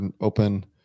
open